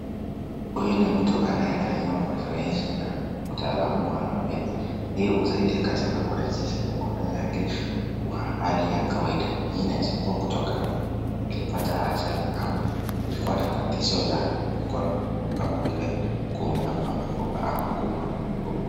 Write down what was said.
Huyu ni mtu anayefanyiwa mazoezi na mtaalamu wa afya. Hii husaidia katika kurejesha mkono yake kwa hali ya kawaida. Hii inaweza kuwa kutokana na kupata ajali ama alikuwa na tatizo ya mkono kama vile kuumia kwa mifupa ama kuumwa na mifupa.